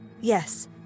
Yes